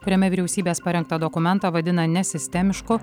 kuriame vyriausybės parengtą dokumentą vadina nesistemišku